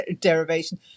derivation